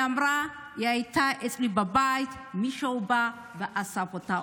אמרה: היא הייתה אצלי בבית ומישהו בא ואסף אותה,